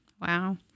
Wow